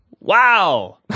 Wow